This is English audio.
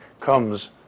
comes